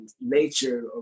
nature